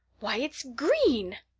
why, it's green!